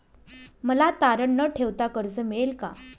मला तारण न ठेवता कर्ज मिळेल का?